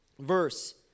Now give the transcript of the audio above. verse